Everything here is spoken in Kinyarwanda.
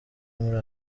muri